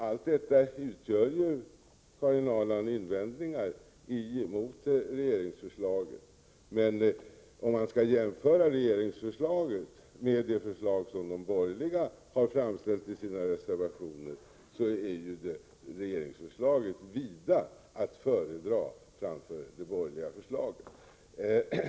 Allt detta utgör, Karin Ahrland, invändningar emot regeringsförslaget, men om man skall jämföra det med det förslag som de borgerliga har framställt i sina reservationer, är ju regeringsförslaget vida att föredra framför det borgerliga.